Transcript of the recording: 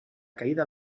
caída